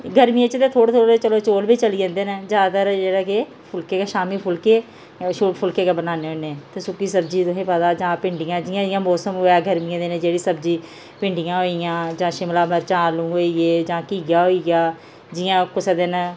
गर्मियें च ते थोह्ड़े थोह्ड़े चलो चौल बी चली जंदे न जैदातर जेह्ड़े के फुल्के गै शामीं फुल्के फुल्के गै बनान्ने हुन्ने ते सुक्की सब्जी तुसें गी पता जां भिंडियां जि'यां जि'यां मौसम होऐ गर्मियां दिनें जेह्ड़ी सब्जी भिंडियां होई गेइयां जां शिमला मर्च आलू होई गे जां घीया होई गेआ जि'यां कुसै दिन